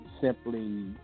simply